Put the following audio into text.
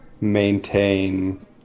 maintain